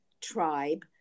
tribe